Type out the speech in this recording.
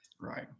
Right